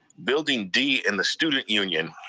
building d and the student union,